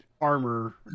armor